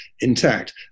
intact